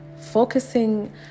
focusing